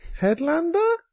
Headlander